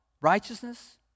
righteousness